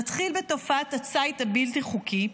נתחיל בתופעת הציד הבלתי-חוקי,